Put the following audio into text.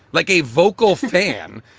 like a vocal fan.